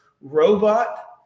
robot